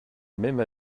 même